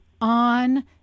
on